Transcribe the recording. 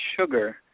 sugar